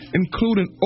including